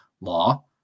law